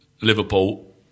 Liverpool